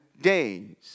days